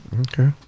Okay